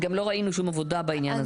גם לא ראינו שום עבודה בעניין הזה.